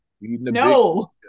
no